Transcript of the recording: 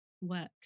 work